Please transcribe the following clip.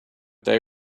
they